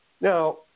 Now